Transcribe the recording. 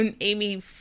Amy